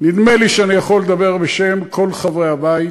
נדמה לי שאני יכול לדבר בשם כל חברי הבית: